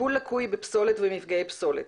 טיפול לקוי בפסולת ומפגעי פסולת,